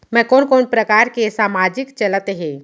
मैं कोन कोन प्रकार के सामाजिक चलत हे?